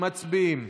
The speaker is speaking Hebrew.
מצביעים.